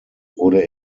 wurde